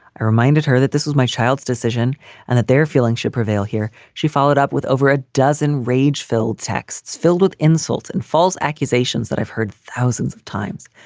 i reminded her that this is my child's decision and that their feelings should prevail here. she followed up with over a dozen rage filled texts filled with insults and false accusations that i've heard thousands of times.